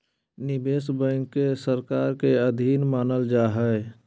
निवेश बैंक के सरकार के अधीन मानल जा हइ